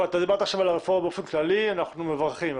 דיברת עכשיו על הרפורמה באופן כללי ואנחנו במרכים.